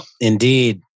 indeed